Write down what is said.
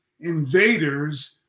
invaders